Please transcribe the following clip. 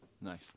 Nice